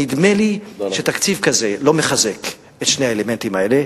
נדמה לי שתקציב כזה לא מחזק את שני האלמנטים האלה.